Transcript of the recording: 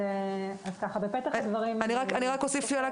אני אוסיף שאלה,